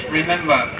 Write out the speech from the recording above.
remember